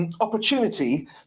Opportunity